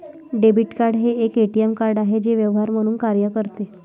debit card हे एक ATM card आहे जे व्यवहार म्हणून कार्य करते